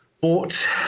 bought